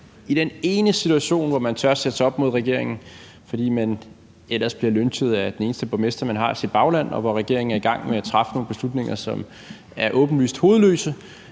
i den ene situation, hvor man tør sætte sig op mod regeringen, fordi man ellers bliver lynchet af den eneste borgmester, man har i sit bagland, og hvor regeringen er i gang med at træffe nogle beslutninger, som er åbenlyst hovedløse,